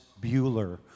Bueller